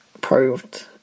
proved